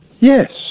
Yes